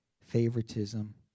favoritism